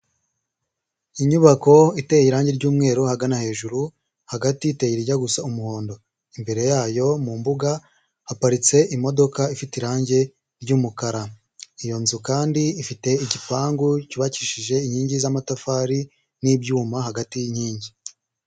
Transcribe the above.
Inyubako iteye irangi ry'yumweru ahagana hejuru, hagati iteye irijya gusa umuhondo. Imbere yayo mu mbuga, haparitse imodoka ifite irangi ry'umukara. Iyo nzu kandi ifite igipangu cyubakishije inkingi z'amatafari n'ibyuma hagati y'inkingi.